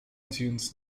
dunes